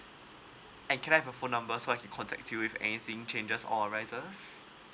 and can I have a phone number so I can contact to you with anything changes or arises